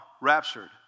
raptured